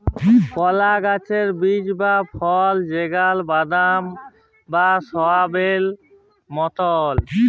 কলা গাহাচের বীজ বা ফল যেগলা বাদাম বা সয়াবেল মতল